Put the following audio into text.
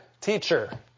teacher